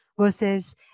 versus